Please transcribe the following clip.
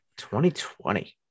2020